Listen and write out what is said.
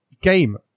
game